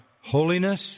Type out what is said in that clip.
holiness